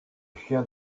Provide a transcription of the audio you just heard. chien